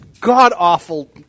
god-awful